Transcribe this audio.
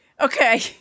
Okay